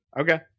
Okay